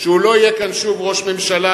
שהוא לא יהיה כאן שוב ראש הממשלה.